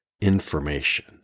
information